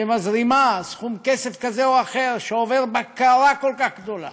שמזרימה סכום כסף כזה או אחר שעובר בקרה כל כך גדולה,